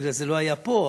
בגלל שזה לא היה פה,